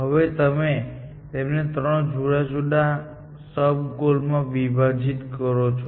હવે તમે તેમને ત્રણ જુદા જુદા સબ ગોલ માં વિભાજિત કરો છો